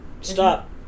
stop